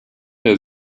der